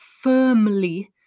firmly